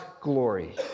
glory